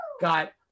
got